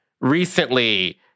recently